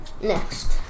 Next